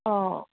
অঁ